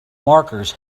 markers